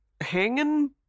hanging